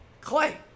Clay